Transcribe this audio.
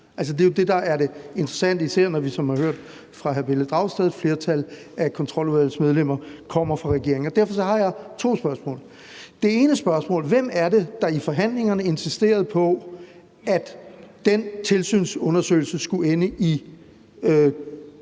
fra hr. Pelle Dragsted, et flertal af Kontroludvalgets medlemmer kommer fra regeringen. Derfor har jeg to spørgsmål. Det ene spørgsmål er: Hvem er det, der i forhandlingerne insisterede på, at den tilsynsundersøgelse skulle ende i